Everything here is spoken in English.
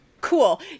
Cool